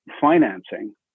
financing